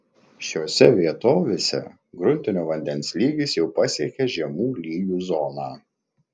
šiose vietovėse gruntinio vandens lygis jau pasiekė žemų lygių zoną